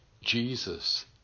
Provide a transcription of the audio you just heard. Jesus